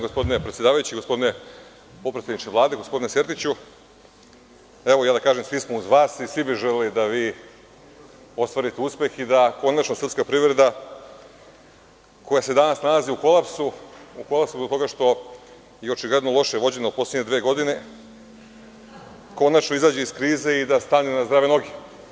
Gospodine predsedavajući, gospodine potpredsedniče Vlade, gospodine Sertiću, evo i ja da kažem, svi smo uz vas i svi bi želeli da vi ostvarite uspeh i da konačno srpska privreda, koja se danas nalazi u kolapsu zbog toga što je očigledno loše vođena u poslednje dve godine, konačno izađe iz krize i da stane na zdrave noge.